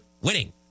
Winning